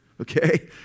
Okay